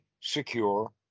secure